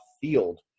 field